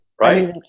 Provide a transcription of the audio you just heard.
Right